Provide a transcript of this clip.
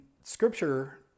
scripture